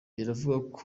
biravugwa